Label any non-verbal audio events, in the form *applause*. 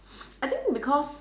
*noise* I think because